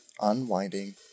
Unwinding